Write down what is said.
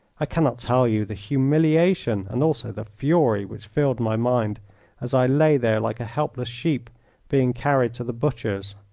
i cannot tell you the humiliation and also the fury which filled my mind as i lay there like a helpless sheep being carried to the butcher's.